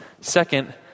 Second